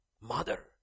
mother